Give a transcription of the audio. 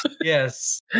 Yes